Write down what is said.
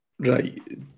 Right